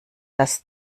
das